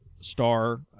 star